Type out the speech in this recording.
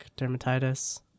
dermatitis